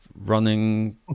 running